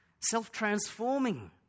self-transforming